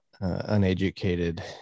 uneducated